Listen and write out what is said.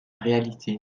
réalité